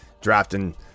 drafting